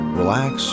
relax